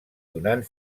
donant